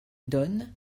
don